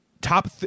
top